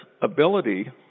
ability